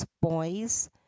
boys